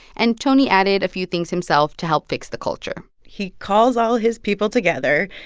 and tony added a few things himself to help fix the culture he calls all his people together,